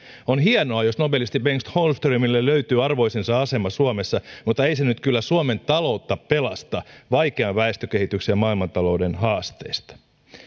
on hienoa jos nobelisti bengt holmströmille löytyy arvoisensa asema suomessa mutta ei se nyt kyllä suomen taloutta pelasta vaikean väestökehityksen ja maailmantalouden haasteista